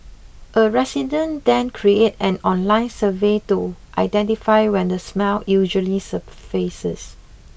a resident then create an online survey to identify when the smell usually surfaces